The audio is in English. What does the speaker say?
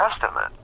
Testament